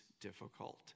difficult